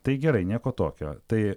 tai gerai nieko tokio tai